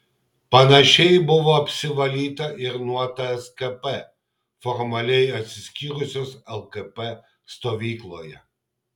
panašiai buvo apsivalyta ir nuo tskp formaliai atsiskyrusios lkp stovykloje